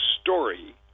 story